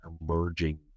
emerging